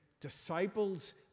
disciples